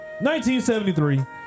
1973